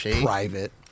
private